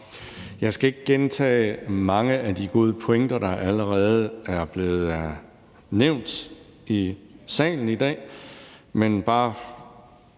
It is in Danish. Jeg skal ikke gentage mange af de gode pointer, der allerede er blevet fremført i salen i dag, men bare